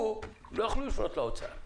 הזוגות הצעירים לא יוכלו לפנות למשרד האוצר,